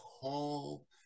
call